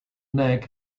nag